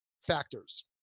factors